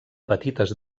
petites